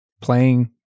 playing